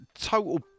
total